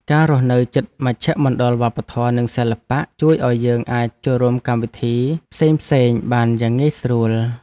ការរស់នៅជិតមជ្ឈមណ្ឌលវប្បធម៌និងសិល្បៈជួយឱ្យយើងអាចចូលរួមកម្មវិធីផ្សេងៗបានយ៉ាងងាយស្រួល។